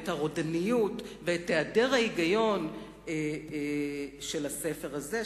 את הרודנות ואת העדר ההיגיון של הספר הזה,